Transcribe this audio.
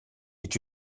est